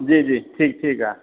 जी जी ठीकु ठीकु आहे